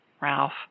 Ralph